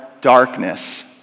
darkness